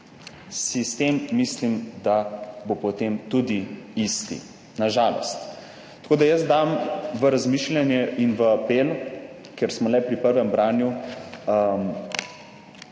sistem mislim, da bo potem tudi isti. Na žalost. Tako, da jaz dam v razmišljanje in v apel, ker smo le pri prvem branju,